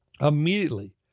immediately